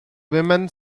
women